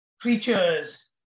creatures